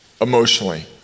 emotionally